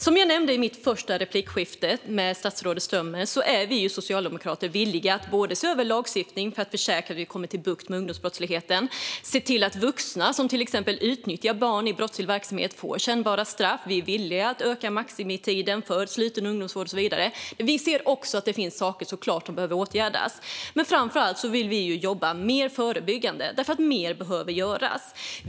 Som jag nämnde i mitt första replikskifte med statsrådet Strömmer är vi socialdemokrater villiga att se över lagstiftningen för att försäkra att vi kommer till rätta med ungdomsbrottsligheten och se till att vuxna som utnyttjar barn i brottslig verksamhet får kännbara straff. Vi är villiga att öka maximitiden för sluten ungdomsvård med mera. Men vi ser också att det finns saker som behöver åtgärdas. Framför allt vill vi jobba mer förebyggande, för mer behöver göras.